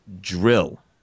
drill